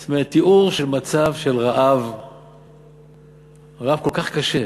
זאת אומרת, תיאור של מצב של רעב כל כך קשה,